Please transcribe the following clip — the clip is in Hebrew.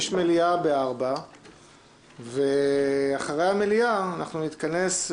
יש מליאה ב-16:00 ואחרי המליאה אנחנו נתכנס,